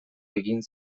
egin